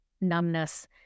numbness